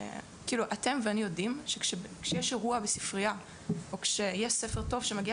אתם ואני יודעים שכשיש אירוע בספרייה או כשיש ספר טוב שמגיע